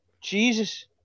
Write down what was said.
Jesus